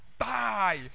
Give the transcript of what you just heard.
die